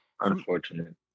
Unfortunate